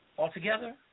Altogether